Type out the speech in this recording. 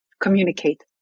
Communicate